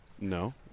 No